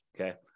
Okay